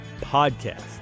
podcast